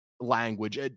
language